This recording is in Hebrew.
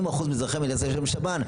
80% מאזרחי ישראל מבוטחים בשב"ן.